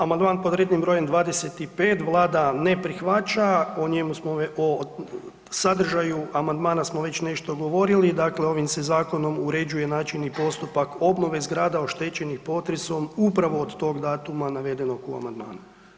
Amandman pod rednim brojem 25 Vlada ne prihvaća, o sadržaju amandman smo već nešto govorili, dakle ovim se zakonom uređuje način i postupak obnove zgrada oštećenih potresom upravo od tog datuma navedenog u amandmanu.